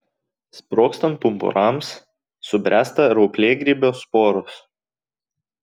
sprogstant pumpurams subręsta rauplėgrybio sporos